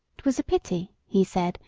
twas a pity he said,